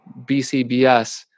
BCBS